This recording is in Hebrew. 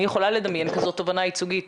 אני יכולה לדמיין כזאת תובענה ייצוגית